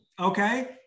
Okay